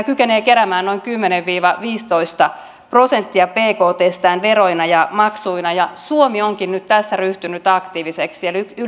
kykenevät keräämään noin kymmenen viiva viisitoista prosenttia bktstään veroina ja maksuina ja suomi onkin nyt tässä ryhtynyt aktiiviseksi